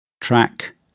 Track